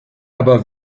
aber